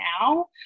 now